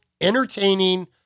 entertaining